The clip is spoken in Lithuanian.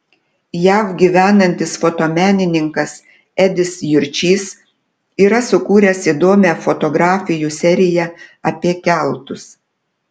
jav gyvenantis fotomenininkas edis jurčys yra sukūręs įdomią fotografijų seriją apie keltus